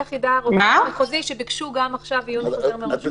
איך יידע הרופא המחוזי שביקשו עכשיו גם עיון חוזר גם מראש הרשות?